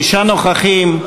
תשעה נוכחים.